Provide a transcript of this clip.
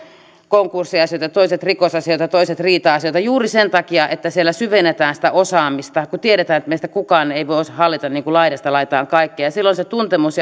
konkurssiasioita toiset rikosasioita toiset riita asioita juuri sen takia että siellä syvennetään sitä osaamista kun tiedetään että meistä kukaan ei voi hallita laidasta laitaan kaikkea silloin se tuntemus